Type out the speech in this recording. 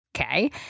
okay